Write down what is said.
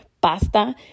pasta